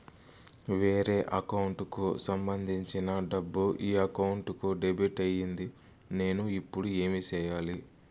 వేరే అకౌంట్ కు సంబంధించిన డబ్బు ఈ అకౌంట్ కు డెబిట్ అయింది నేను ఇప్పుడు ఏమి సేయాలి